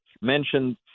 mentioned